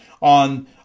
on